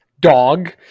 Dog